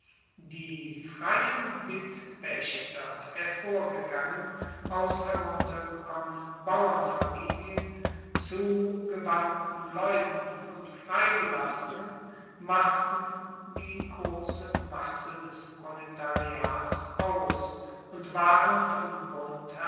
die freien bittpaechter hervorgegangen aus heruntergekommenen bauernfamilien zugewandten leuten und freigelassenen machten die grosse masse des proletariats aus und waren von dem